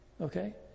Okay